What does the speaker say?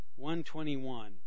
121